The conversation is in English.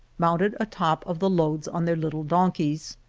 mounted a-top of the loads on their little donkeys.